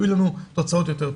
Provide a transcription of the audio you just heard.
יהיו לנו תוצאות יותר טובות.